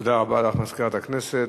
תודה רבה לך, מזכירת הכנסת.